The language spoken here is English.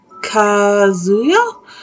Kazuya